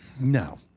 No